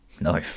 no